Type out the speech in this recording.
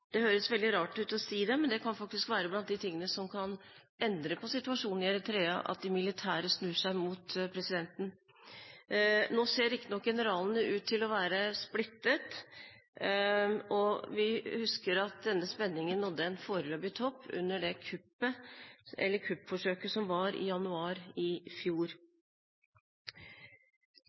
Det høres veldig rart ut å si det, men det at de militære snur seg mot presidenten, kan faktisk være blant de tingene som kan endre situasjonen i Eritrea. Nå ser generalene riktignok ut til å være splittet. Vi husker at denne spenningen nådde en foreløpig topp under kuppforsøket i januar i fjor. Så nevnte utenriksministeren noe som